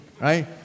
right